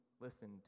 listen